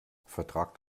vertragt